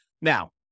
Now